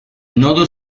nodo